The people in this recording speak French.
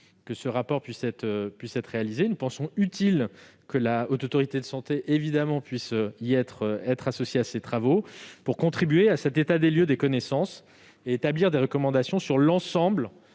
que ce rapport puisse être réalisé. Nous pensons utile que la Haute Autorité de santé puisse être associée à ces travaux pour contribuer à un état des lieux des connaissances et établir des recommandations sur l'ensemble